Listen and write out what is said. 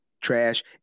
trash